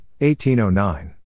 1809